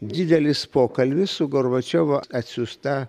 didelis pokalbis su gorbačiovo atsiųsta